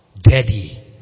Daddy